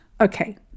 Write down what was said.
Okay